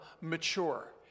mature